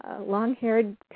long-haired